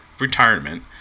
retirement